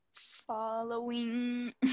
following